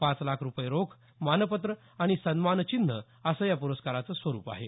पाच लाख रुपये रोख मानपत्र आणि सन्मानचिन्ह असं या प्रस्काराचं स्वरुप आहे